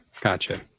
gotcha